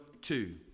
two